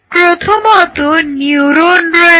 প্রথমত নিউরন রয়েছে